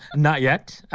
not yet.